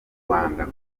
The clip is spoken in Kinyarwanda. rwanda